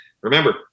remember